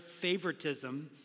favoritism